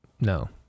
no